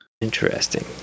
interesting